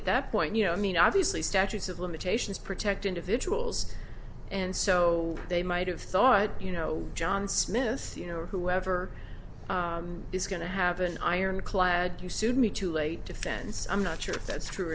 at that point you know i mean obviously statutes of limitations protect individuals and so they might have thought you know john smith you know whoever is going to have an ironclad you sued me to lay defense i'm not sure if that's true